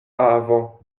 avo